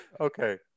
Okay